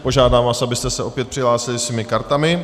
Požádám vás, abyste se opět přihlásili svými kartami.